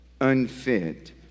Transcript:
unfit